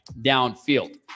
downfield